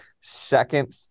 second